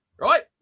right